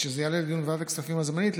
כשזה יעלה לדיון בוועדת הכספים הזמנית,